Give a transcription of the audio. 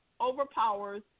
overpowers